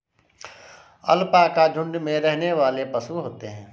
alpaca झुण्ड में रहने वाले पशु होते है